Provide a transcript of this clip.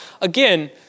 again